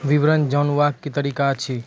विवरण जानवाक की तरीका अछि?